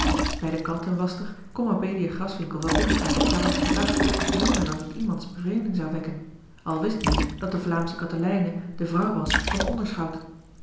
bij de kanten waschter kon mabelia graswinckel wel binnengaan op klaarlichten dag zonderdat het iemands bevreemding zou wekken al wist men dat de vlaamsche katelijne de vrouw was van den onderschout